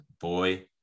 boy